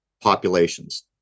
populations